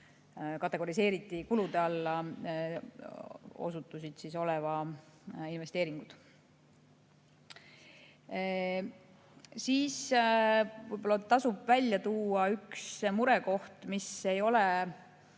kategoriseeriti kulude alla, osutusid investeeringuteks. Siis võib-olla tasub välja tuua ühe murekoha, mis ei ole